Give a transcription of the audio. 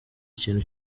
kintu